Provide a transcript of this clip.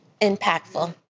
impactful